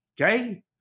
okay